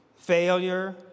Failure